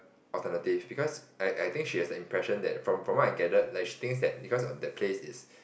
alternative because I I think she has the impression that from from what I gather like she thinks that because the place is